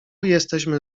jesteśmy